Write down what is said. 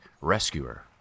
rescuer